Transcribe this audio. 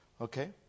okay